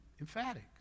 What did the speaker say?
emphatic